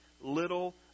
little